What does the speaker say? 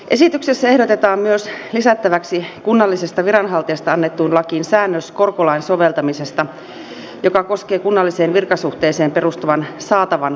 esityksessä ehdotetaan myös lisättäväksi kunnallisesta viranhaltijasta annettuun lakiin säännös korkolain soveltamisesta joka koskee kunnalliseen virkasuhteeseen perustuvan saatavan viivästymistä